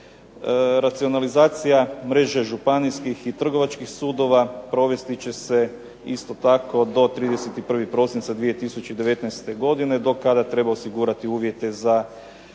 racionalizacija mreže županijskih i trgovačkih sudova provesti će se isto tako do 31. prosinca 2019. godine do kada treba osigurati uvjete za njihovo